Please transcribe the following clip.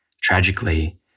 Tragically